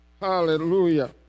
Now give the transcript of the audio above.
Hallelujah